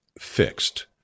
fixed